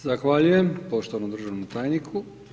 Zahvaljujem poštovanom državnom tajniku.